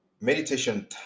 meditation